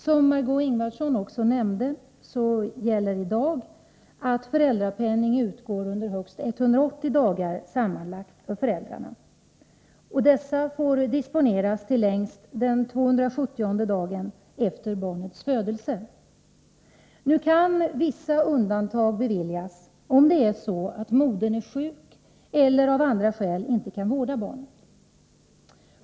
Som Marg6 Ingvardsson nämnde utgår i dag föräldrapenning under högst 180 dagar sammanlagt för föräldrarna. Den får disponeras längst till 270:e dagen efter barnets födelse. Vissa undantag från denna regel kan beviljas, om modern är sjuk eller av andra skäl inte kan vårda barnet.